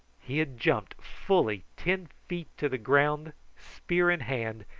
he had jumped fully ten feet to the ground spear in hand,